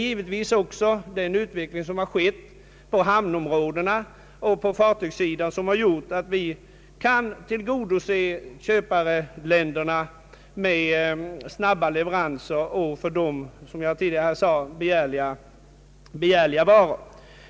Det är också den utveckling som har skett på hamnområdet och på fartygssidan som har gjort att vi kan tillgodose köpareländerna med snabba leveranser och för dem, som jag tidigare sade, begärliga varor.